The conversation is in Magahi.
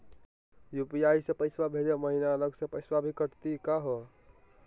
यू.पी.आई स पैसवा भेजै महिना अलग स पैसवा भी कटतही का हो?